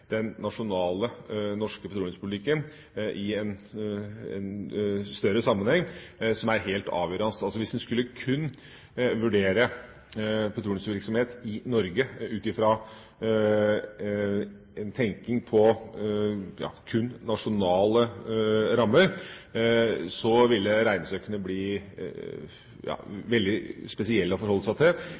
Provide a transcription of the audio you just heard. den norske petroleumspolitikken i en større sammenheng helt avgjørende. Hvis en skulle vurdere petroleumsvirksomhet i Norge kun ut fra en tenkning innenfor nasjonale rammer, ville regnestykkene bli veldig spesielle å forholde seg til,